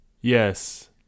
yes